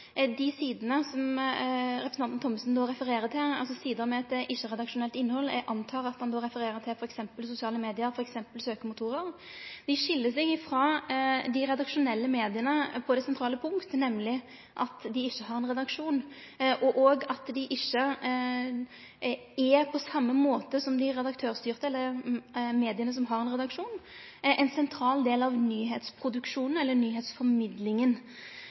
dei sidene som representanten Thommessen refererer til, sider med eit ikkje-redaksjonelt innhald – eg antar at han då refererer f.eks. til sosiale media og søkemotorar – skil seg frå dei redaksjonelle media på det sentrale punkt, nemleg at dei ikkje har ein redaksjon, og at dei ikkje på same måte som dei redaktørstyrte media, som har ein redaksjon, er ein sentral av nyheitsproduksjonen eller nyheitsformidlinga.